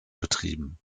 betrieben